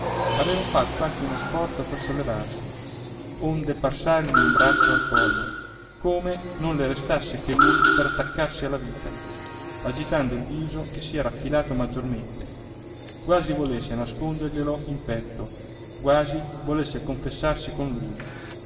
aveva fatto anche uno sforzo per sollevarsi onde passargli un braccio al collo come non le restasse che lui per attaccarsi alla vita agitando il viso che si era affilato maggiormente quasi volesse nasconderglielo in petto quasi volesse confessarsi con lui